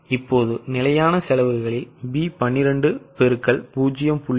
இப்போது நிலையான செலவுகளில் B12 X 0